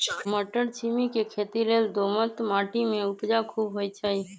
मट्टरछिमि के खेती लेल दोमट माटी में उपजा खुब होइ छइ